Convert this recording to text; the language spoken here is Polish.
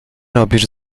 robisz